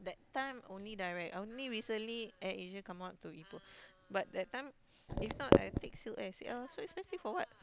time only direct I only recently Air-Asia come out to Ipoh but that time if not I take Silk-Air Silk-Air so expensive for what